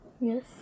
Yes